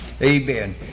amen